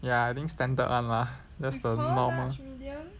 ya I think standard [one] lah that's the norm